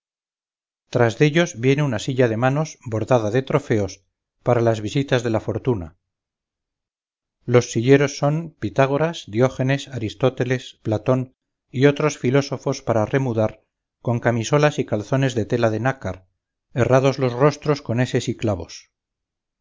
tras dellos viene una silla de manos bordada de trofeos para las visitas de la fortuna los silleros son pitágoras diógenes aristóteles platón y otros filósofos para remudar con camisolas y calzones de tela de nácar herrados los rostros con eses y clavos